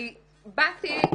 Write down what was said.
אני באתי